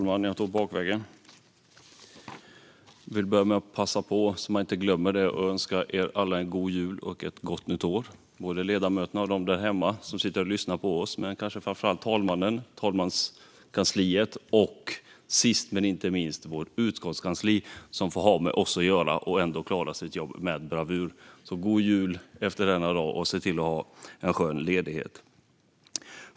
Herr talman! Jag vill börja med att passa på - så att jag inte glömmer det - att önska alla en god jul och ett gott nytt år. Jag riktar detta till ledamöterna och till dem där hemma som sitter och lyssnar på oss men kanske framför allt till talmannen, talmanskansliet och - sist men inte minst - vårt utskottskansli, som får ha med oss att göra och som ändå klarar sitt jobb med bravur. God jul efter denna dag, och se till att ha en skön ledighet!